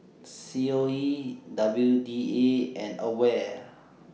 C O E W D A and AWARE